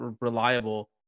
reliable